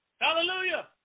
Hallelujah